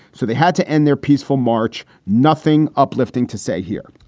so they had to end their peaceful march. nothing uplifting to say here.